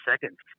seconds